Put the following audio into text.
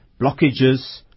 blockages